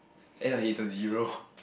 end up he's a zero